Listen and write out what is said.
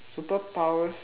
superpowers